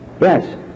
Yes